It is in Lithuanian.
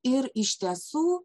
ir iš tiesų